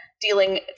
dealing